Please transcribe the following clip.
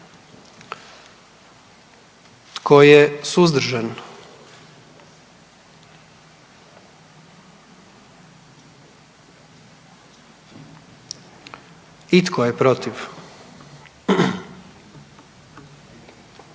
Tko je suzdržan? I tko je protiv?